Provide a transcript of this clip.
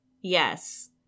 Yes